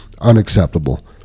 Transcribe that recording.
unacceptable